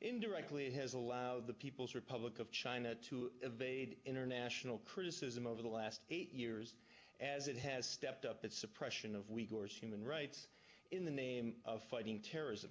indirectly has allowed the people's republic of china to evade international criticism over the last eight years as it has stepped up its suppression of week or so human rights in the name of fighting terrorism